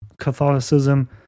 catholicism